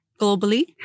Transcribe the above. globally